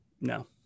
No